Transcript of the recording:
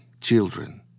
children